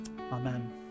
Amen